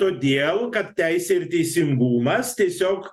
todėl kad teisė ir teisingumas tiesiog